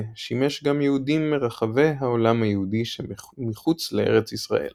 שימש גם יהודים מרחבי העולם היהודי שמחוץ לארץ ישראל.